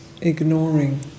Ignoring